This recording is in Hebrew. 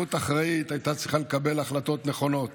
מנהיגות אחראית הייתה צריכה לקבל החלטות נכונות